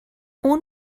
اون